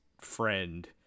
friend